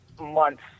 months